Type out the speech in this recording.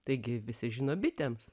taigi visi žino bitėms